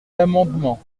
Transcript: l’amendement